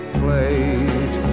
played